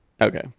Okay